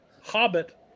Hobbit